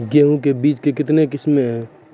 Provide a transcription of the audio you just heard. गेहूँ के बीज के कितने किसमें है?